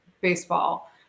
baseball